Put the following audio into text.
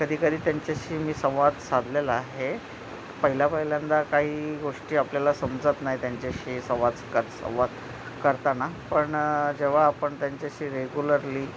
कधीकधी त्यांच्याशी मी संवाद साधलेला आहे पहिल्या पहिल्यांदा काही गोष्टी आपल्याला समजत नाही त्यांच्याशी संवाद क संवाद करताना पण जेव्हा आपण त्यांच्याशी रेग्युलरली